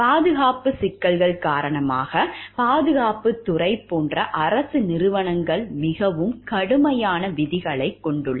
பாதுகாப்புச் சிக்கல்கள் காரணமாக பாதுகாப்புத் துறை போன்ற அரசு நிறுவனங்கள் மிகவும் கடுமையான விதிகளைக் கொண்டுள்ளன